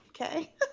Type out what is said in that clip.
okay